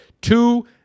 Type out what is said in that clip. two